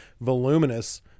voluminous